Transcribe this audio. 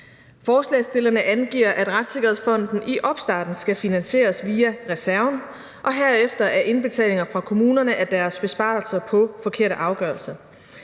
Forslagsstillerne angiver, at retssikkerhedsfonden i opstarten skal finansieres via reserven og herefter af indbetalinger af kommunernes besparelser på forkerte afgørelser.